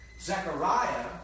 Zechariah